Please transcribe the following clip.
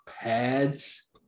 pads